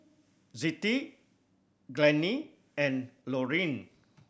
Zettie Glennie and Lorene